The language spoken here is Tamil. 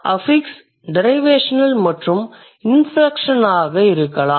அஃபிக்ஸ் டிரைவேஷனல் மற்றும் இன்ஃப்ளக்ஷனல் ஆக இருக்கலாம்